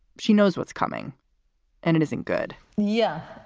she knows what's coming and it isn't good yeah,